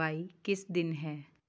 ਬਾਈ ਕਿਸ ਦਿਨ ਹੈ